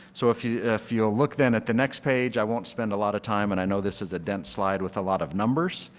so if you if you will look at the next page, i won't spend a lot of time and i know this is a dense slide with a lot of numbers,